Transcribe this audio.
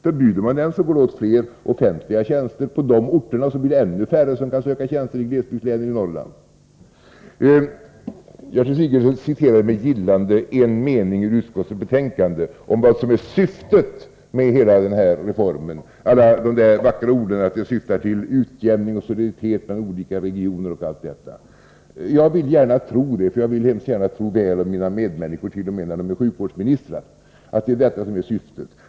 Förbjuder man den, går det således åt fler offentliga tjänster på de orterna, och då blir det ännu färre som kan söka tjänster i glesbygdslänen i Norrland. Gertrud Sigurdsen citerade med gillande en mening ur utskottets betänkande om vad som är syftet med hela den här reformen. Det gäller då alla de vackra orden om att man syftar till utjämning, solidaritet mellan olika regioner etc. Jag vill gärna tro — för jag vill hemskt gärna tro väl om mina medmänniskor, t.o.m. om det skulle vara fråga om en sjukvårdsminister — att det är detta som är syftet.